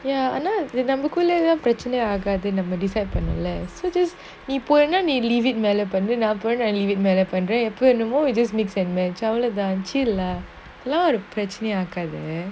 ya நமக்குள்ளஏதும்பிரச்னைஆகாதுன்னு:namakulla edhum prachana agathunu see this நீபோனீன்னாநீமேலபண்ணுநான்போனாநான்மேலபண்றேன்:nee poneena nee mela pannu nan pona nan mela panren why would you mix and match இதெல்லாம்ஒருபிரச்னையா:idhellam oru prachanaya chill lah a lot of patching uh colours